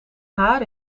haar